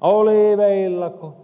oliiveillako tupakallako